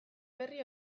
berri